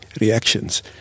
reactions